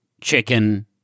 chicken